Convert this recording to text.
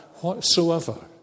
whatsoever